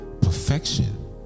perfection